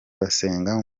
basenga